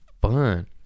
fun